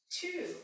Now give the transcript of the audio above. two